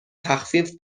تخفیف